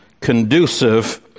conducive